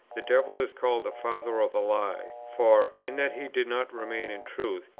the devil is called the father of a lie for, in that he did not remain in truth,